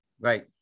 right